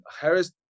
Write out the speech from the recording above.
Harris